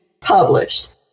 published